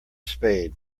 spade